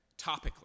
topically